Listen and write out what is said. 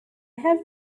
have